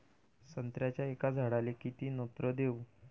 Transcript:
संत्र्याच्या एका झाडाले किती नत्र देऊ?